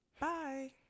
Bye